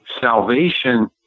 salvation